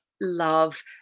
love